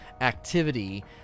activity